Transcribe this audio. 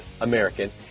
American